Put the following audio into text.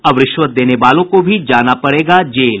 अब रिश्वत देने वालों को भी जाना पड़ेगा जेल